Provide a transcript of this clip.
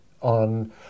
on